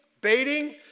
baiting